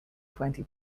twenty